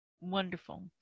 wonderful